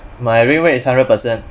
my win rate is hundred percent